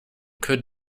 could